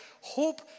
hope